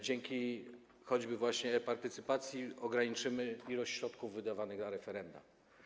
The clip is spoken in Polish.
Dzięki właśnie e-partycypacji ograniczymy ilość środków wydawanych na referenda.